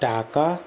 টাকা